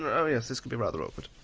and oh yes, this could be rather awkward.